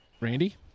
Randy